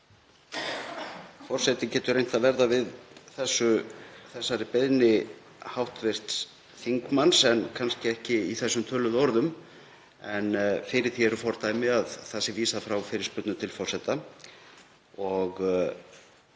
Forseti getur reynt að verða við þessari beiðni hv. þingmanns en kannski ekki í þessum töluðu orðum. Fyrir því eru fordæmi að það sé vísað frá fyrirspurnum til forseta.